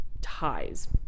ties